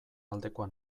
aldekoa